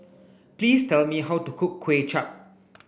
please tell me how to cook Kuay Chap